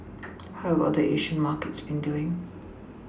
how are the Asian markets been doing